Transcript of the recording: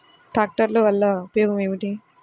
ట్రాక్టర్లు వల్లన ఉపయోగం ఏమిటీ?